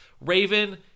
Raven